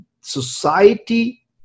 Society